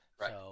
right